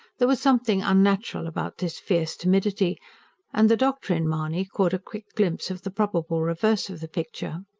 there was something unnatural about this fierce timidity and the doctor in mahony caught a quick glimpse of the probable reverse of the picture.